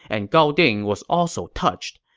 and gao ding was also touched.